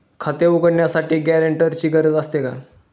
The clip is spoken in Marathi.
खाते उघडण्यासाठी गॅरेंटरची गरज असते का?